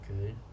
okay